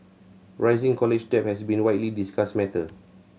rising college debt has been a widely discussed matter